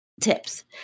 tips